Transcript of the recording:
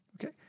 Okay